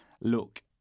look